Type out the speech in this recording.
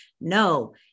no